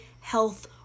health